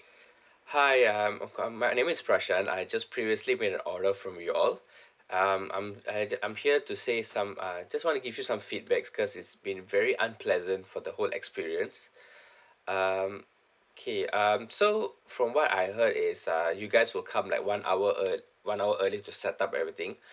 hi um uh my name is prashan I just previously made an order from you all um um I just I'm here to say some uh just want to give you some feedbacks cause it's been very unpleasant for the whole experience um okay um so from what I heard is ah you guys will come like one hour ear~ one hour early to set up everything